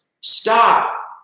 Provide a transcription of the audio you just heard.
Stop